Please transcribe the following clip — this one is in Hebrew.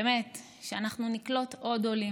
באמת, שאנחנו נקלוט עוד עולים,